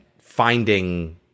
finding